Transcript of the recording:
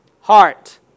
Heart